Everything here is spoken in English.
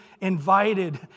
invited